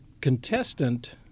contestant